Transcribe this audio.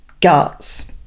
guts